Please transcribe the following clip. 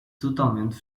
totalmente